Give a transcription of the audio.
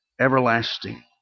everlasting